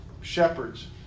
shepherds